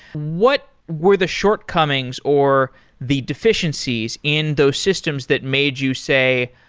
what were the shortcomings or the deficiencies in those systems that made you say,